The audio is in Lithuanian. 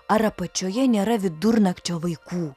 ar apačioje nėra vidurnakčio vaikų